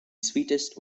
sweetest